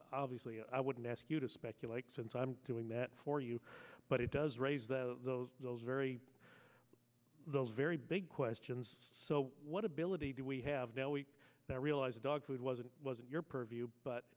obviously i wouldn't ask you to speculate since i'm doing that for you but it does raise the those those very those very big questions so what ability do we have now we now realize the dog food wasn't wasn't your purview but